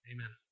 Amen